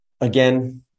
again